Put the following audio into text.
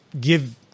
give